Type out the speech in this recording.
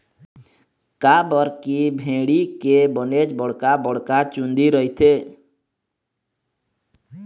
काबर की भेड़ी के बनेच बड़का बड़का चुंदी रहिथे